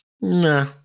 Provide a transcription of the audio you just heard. nah